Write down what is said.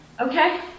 Okay